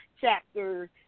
chapter